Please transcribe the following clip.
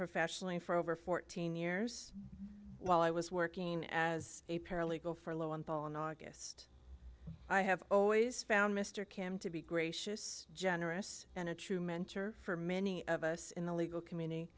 professionally for over fourteen years while i was working as a paralegal for low and ball in august i have always found mr kim to be gracious generous and a true mentor for many of us in the legal community